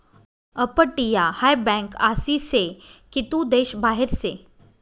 अपटीया हाय बँक आसी से की तू देश बाहेर से